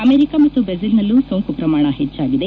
America ಮತ್ತು ಬ್ರೆಜಿಲ್ನಲ್ಲೂ ಸೋಂಕು ಪ್ರಮಾಣ ಹೆಚ್ಚಾಗಿದೆ